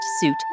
suit